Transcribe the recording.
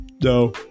no